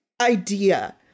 idea